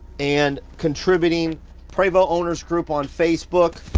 and contributing prevost owners group on facebook.